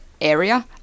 area